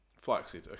Flaxseed